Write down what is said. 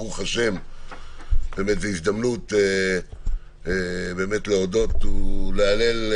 ברוך ה' זו הזדמנות להודות ולהלל,